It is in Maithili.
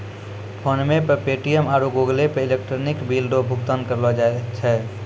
फोनपे पे.टी.एम आरु गूगलपे से इलेक्ट्रॉनिक बिल रो भुगतान करलो जाय छै